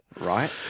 Right